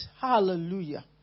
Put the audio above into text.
Hallelujah